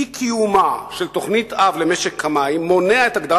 אי-קיומה של תוכנית-אב למשק המים מונע את הגדרת